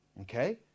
Okay